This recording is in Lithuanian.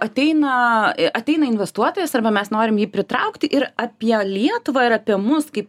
ateina ateina investuotojas arba mes norim jį pritraukti ir apie lietuvą ir apie mus kaip